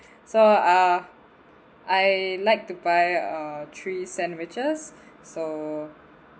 so uh I like to buy uh three sandwiches so